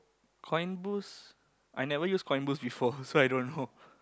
coin boost I never use coin boost before so I don't know